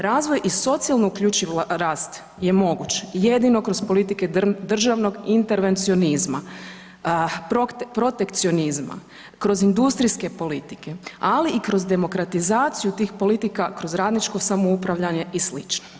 Razvoj i socijalno uključiv rast je moguć jedino kroz politike državnog intervencionizma, protekcionizma, kroz industrijske politike, ali i kroz demokratizaciju tih politika, kroz radničko samoupravljanje i slično.